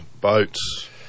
boats